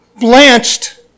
blanched